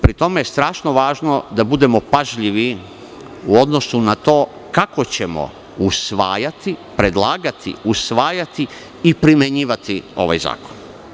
Pri tom je strašno važno da budemo pažljivi u odnosu na to kako ćemo usvajati, predlagati i primenjivati ovaj zakon.